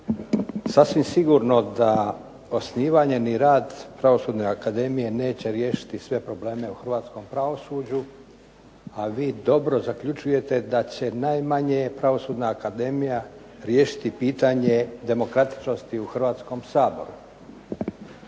sasvim sigurno da osnivanje ni rad Pravosudne akademije neće riješiti sve probleme u hrvatskom pravosuđu, a vi dobro zaključujete da će najmanje Pravosudna akademija riješiti pitanje demokratičnosti u Hrvatskom saboru.